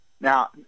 Now